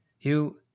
You—